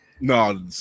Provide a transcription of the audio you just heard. No